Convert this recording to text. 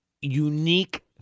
unique